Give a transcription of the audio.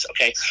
Okay